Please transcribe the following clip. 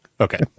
Okay